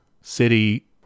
city